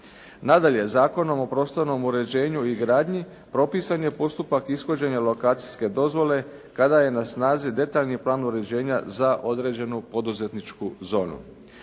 Nadalje, Zakonom o prostornom uređenju i gradnji propisan je postupak ishođenja lokacijske dozvole kada je na snazi detaljni plan uređenja za određenu poduzetničku zonu.